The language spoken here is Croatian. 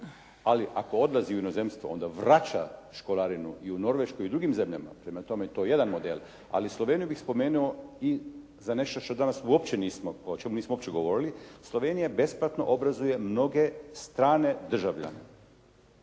ali ako odlazi u inozemstvo onda vraća školarinu i u Norveškoj i u drugim zemljama, prema tome to je jedan model. Ali Sloveniju bih spomenuo i za nešto što danas uopće nismo, o čemu nismo uopće govorili. Slovenija besplatno obrazuje mnoge strane državljane.